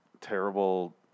terrible